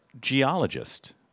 geologist